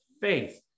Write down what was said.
faith